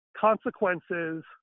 consequences